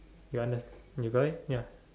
you understand you got it ya